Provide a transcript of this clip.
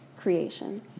creation